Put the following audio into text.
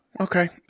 Okay